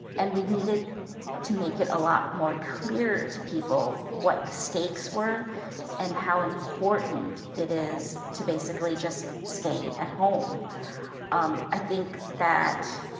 and we needed to make it a lot more clear to people what the stakes were and how important it is to basically just stay at home um i think that.